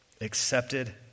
accepted